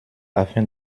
afin